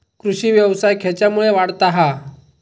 कृषीव्यवसाय खेच्यामुळे वाढता हा?